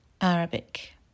Arabic